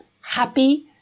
happy